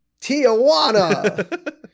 Tijuana